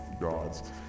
gods